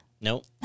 Nope